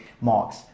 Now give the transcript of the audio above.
marks